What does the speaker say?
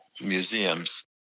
museums